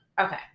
okay